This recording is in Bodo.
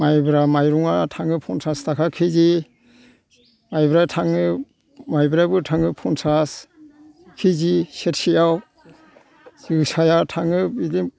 माइब्रा माइरङा थाङो पन्सास थाखा किजि माइब्राया थाङो माइब्रायाबो थाङो पन्सास किजि सेरसेयाव जोसाया थाङो बिदि